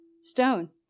Stone